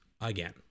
again